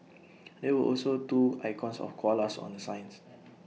there were also two icons of koalas on the signs